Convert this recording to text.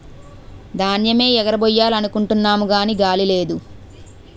ధాన్యేమ్ ఎగరబొయ్యాలనుకుంటున్నాము గాని గాలి లేదు